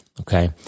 okay